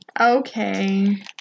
Okay